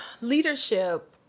leadership